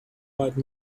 white